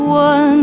one